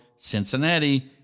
Cincinnati